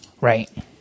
Right